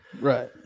right